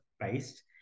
based